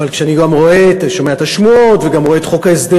אבל אני שומע את השמועות ורואה את חוק ההסדרים,